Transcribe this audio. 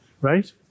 right